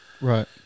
Right